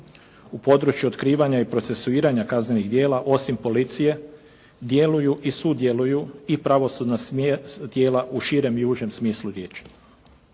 U području otkrivanja i procesuiranja kaznenih djela, osim policije djeluju i sudjeluju i pravosudna tijela u širem i užem smislu riječi.